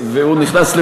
אני נכנסתי